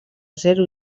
zero